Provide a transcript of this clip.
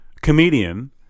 comedian